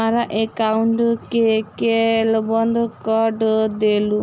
हमरा एकाउंट केँ केल बंद कऽ देलु?